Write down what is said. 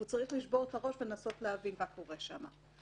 והוא צריך לשבור את הראש ולנסות להבין מה קורה שם.